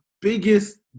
biggest